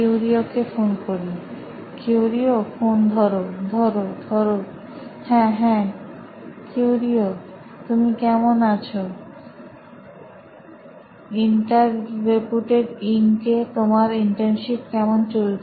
কেউরিওকে phone করি কিউরিও phone ধরো ধরো ধরোহ্যাঁ হ্যাঁ ইউরিও তুমি কেমন আছো ইন্টার রেপুটেড ইংকে তোমার ইন্টার্নশিপ কেমন চলছে